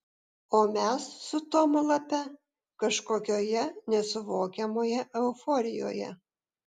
o mes su tomu lape kažkokioje nesuvokiamoje euforijoje